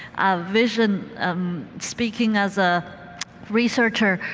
vision um speaking as a researcher,